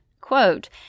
quote